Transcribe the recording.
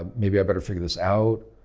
um maybe i better figure this out?